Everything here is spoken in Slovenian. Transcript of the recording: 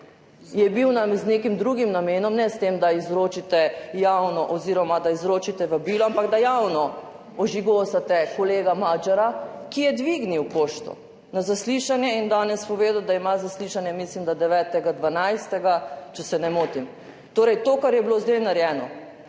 je bil z nekim drugim namenom, ne s tem, da izročite vabilo, ampak da javno ožigosate kolega Magyarja, ki je dvignil pošto in danes povedal, da ima zaslišanje, mislim da 9. 12., če se ne motim. Torej to, kar je bilo zdaj narejeno,